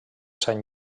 sant